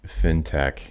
fintech